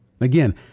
Again